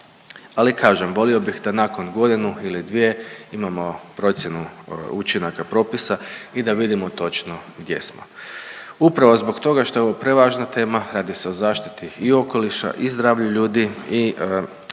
ali kažem volio bih da nakon godinu ili dvije imamo procjenu učinaka propisa i da vidimo točno gdje smo. Upravo zbog toga što je ovo prevažna tema, radi se o zaštiti i okoliša i zdravlju ljudi i mislim